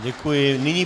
Děkuji.